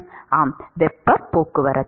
மாணவர் ஆம் வெப்ப போக்குவரத்து